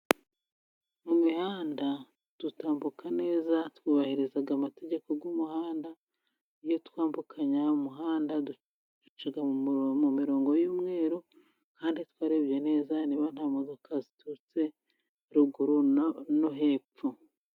Mu mihanda dutambuka neza, twubahiriza amategeko y'umuhanda, iyo twambukanya umuhanda duca mu mirongo y'umweru, kandi twarebye neza niba nta modoka ziturutse ruguru no hepfo.